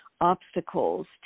obstacles